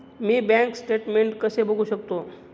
मी bank statement कसे बघू शकतो?